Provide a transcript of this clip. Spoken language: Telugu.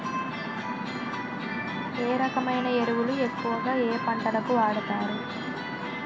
ఏ రకమైన ఎరువులు ఎక్కువుగా ఏ పంటలకు వాడతారు?